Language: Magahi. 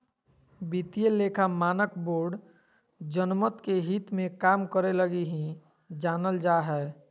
वित्तीय लेखा मानक बोर्ड जनमत के हित मे काम करे लगी ही जानल जा हय